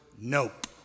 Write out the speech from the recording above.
nope